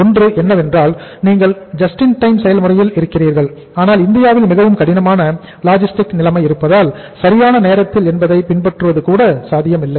ஒன்று என்னவென்றால் நீங்கள் ஜஸ்ட் இன் டைம் நிலைமை இருப்பதால் சரியான நேரத்தில் என்பதை பின்பற்றுவது கூட சாத்தியமில்லை